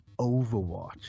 overwatch